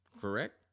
Correct